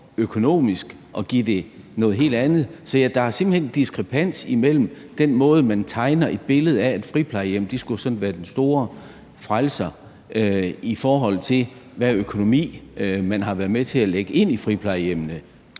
økonomisk at give dem noget helt andet. Så der er simpelt hen diskrepans imellem den måde, man tegner et billede af, at friplejehjem sådan skulle være den store frelser, og hvilken økonomi man sådan har været med til at lægge ind i friplejehjemmene.